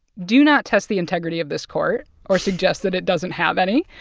do not test the integrity of this court or suggest that it doesn't have any.